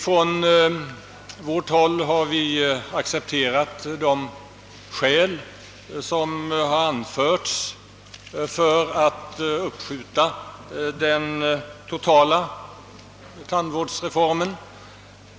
På vårt håll har vi accepterat de skäl som har anförts för att man skall uppskjuta den totala tandvårdsreformen.